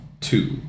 two